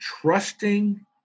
trusting